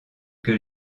que